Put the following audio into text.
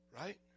Right